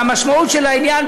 והמשמעות של העניין,